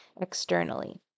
externally